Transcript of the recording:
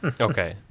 Okay